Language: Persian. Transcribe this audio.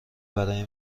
برای